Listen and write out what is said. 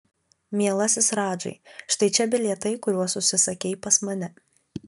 mielasis radžai štai čia bilietai kuriuos užsisakei pas mane